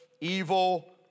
evil